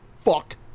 fuck